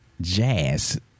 jazz